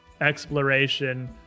exploration